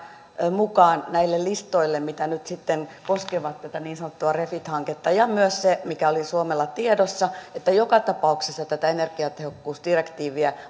mukaan näille listoille mitkä nyt sitten koskevat tätä niin sanottua refit hanketta ja myös se mikä oli suomella tiedossa että joka tapauksessa tätä energiatehokkuusdirektiiviä